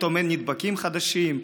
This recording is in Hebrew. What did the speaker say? פתאום אין נדבקים חדשים.